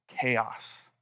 chaos